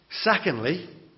Secondly